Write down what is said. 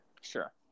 Sure